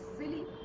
silly